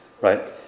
right